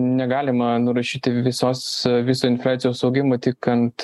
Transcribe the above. negalima nurašyti visos viso infliacijos augimo tik ant